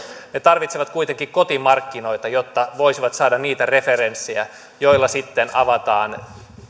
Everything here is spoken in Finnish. ne tarvitsevat kuitenkin kotimarkkinoita jotta voisivat saada niitä referenssejä joilla sitten